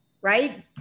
right